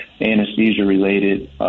anesthesia-related